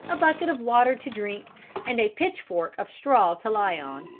a bucket of water to drink and a pitch-fork of straw to lie on.